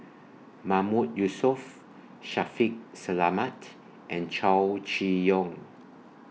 Mahmood Yusof Shaffiq Selamat and Chow Chee Yong